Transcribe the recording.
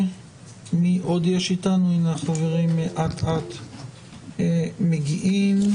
החברים אט-אט מגיעים.